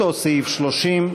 אותו סעיף 30,